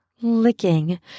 licking